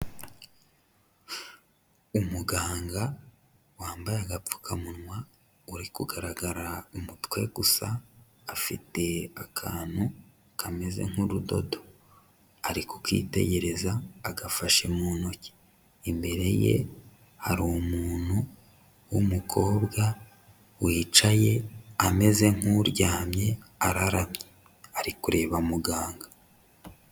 Umuganga wambaye agapfukamunwa, uri kugaragara umutwe gusa, afite akantu kameze nk'urudodo, ari kukitegereza agafashe mu ntoki, imbere ye hari umuntu w'umukobwa wicaye ameze nk'uryamye araramye, ari kureba muganga.